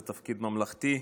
זה תפקיד ממלכתי.